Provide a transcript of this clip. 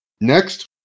Next